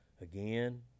again